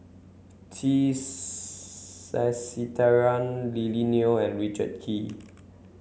T Sasitharan Lily Neo and Richard Kee